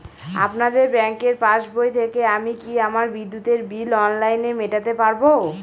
আপনাদের ব্যঙ্কের পাসবই থেকে আমি কি আমার বিদ্যুতের বিল অনলাইনে মেটাতে পারবো?